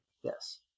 Yes